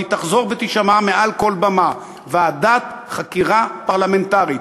והיא תחזור ותישמע מעל כל במה: ועדת חקירה פרלמנטרית,